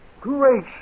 Great